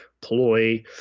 ploy